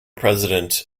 president